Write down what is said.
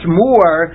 more